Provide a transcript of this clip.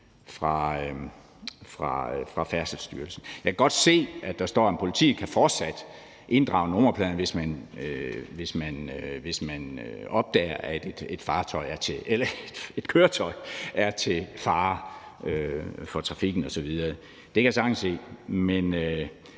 fra Færdselsstyrelsen. Jeg kan godt se, at der står, at politiet fortsat kan inddrage nummerpladen, hvis man opdager, at et køretøj er til fare for trafikken osv. Det kan jeg sagtens se,